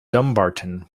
dumbarton